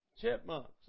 Chipmunks